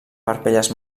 parpelles